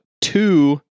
Two